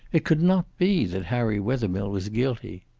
it could not be that harry wethermill was guilty.